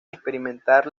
experimentar